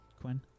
quinn